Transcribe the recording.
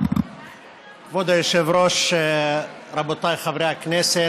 כבוד היושב-ראש, רבותיי חברי הכנסת,